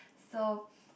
so